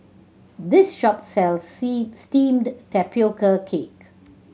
this shop sells steamed tapioca cake